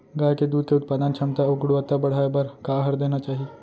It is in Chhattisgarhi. गाय के दूध के उत्पादन क्षमता अऊ गुणवत्ता बढ़ाये बर का आहार देना चाही?